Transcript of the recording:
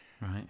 Right